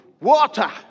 water